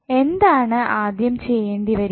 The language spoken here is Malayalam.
എന്താണ് ആദ്യം ചെയ്യേണ്ടി വരിക